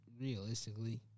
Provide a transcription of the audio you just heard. realistically